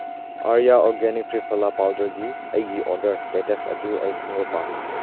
Arya organic triphala ꯄꯥꯎꯗꯔꯒꯤ ꯑꯩꯒꯤ order status ꯑꯗꯨ ꯑꯩ ꯈꯪꯕ ꯄꯥꯝꯃꯤ